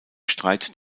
streit